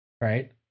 Right